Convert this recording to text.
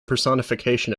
personification